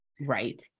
right